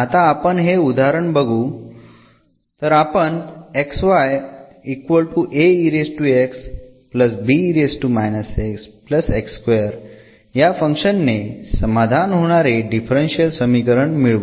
आता आपण हे उदाहरण बघू तर आपण या फंक्शन ने समाधान होणारे डिफरन्शियल समीकरण मिळवू